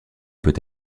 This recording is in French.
peut